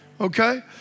Okay